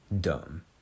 dumb